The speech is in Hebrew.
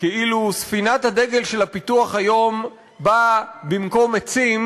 כאילו ספינת הדגל של הפיתוח היום באה במקום עצים,